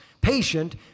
patient